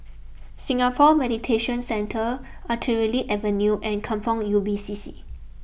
Singapore Mediation Centre Artillery Avenue and Kampong Ubi C C